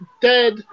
dead